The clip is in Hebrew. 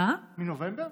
מנובמבר?